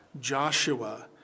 Joshua